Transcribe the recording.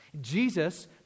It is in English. Jesus